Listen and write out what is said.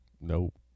Nope